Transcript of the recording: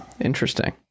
Interesting